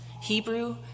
Hebrew